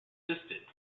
existed